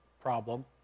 problem